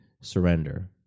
surrender